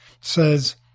says